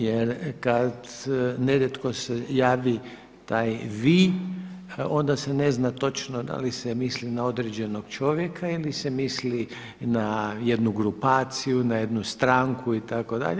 Jer kad nerijetko se javi taj „vi“, onda se ne zna točno da li se misli na određenog čovjeka ili se misli na jednu grupaciju, na jednu stranku itd.